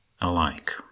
alike